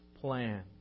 plan